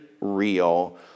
real